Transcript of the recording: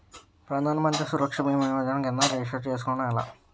ప్రధాన మంత్రి సురక్ష భీమా యోజన కిందా రిజిస్టర్ చేసుకోవటం ఎలా?